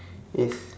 yes